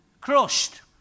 Crushed